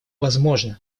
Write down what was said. возможно